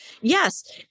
yes